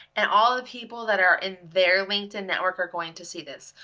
and all the people that are in their linkedin network are going to see this.